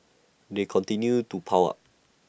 they continue to pile up